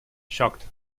shocked